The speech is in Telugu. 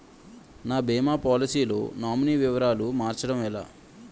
నా భీమా పోలసీ లో నామినీ వివరాలు మార్చటం ఎలా?